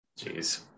Jeez